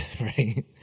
Right